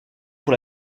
pour